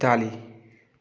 Italy